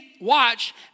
watch